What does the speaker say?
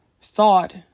thought